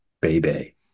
Baby